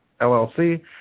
LLC